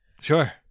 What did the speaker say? Sure